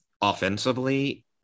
offensively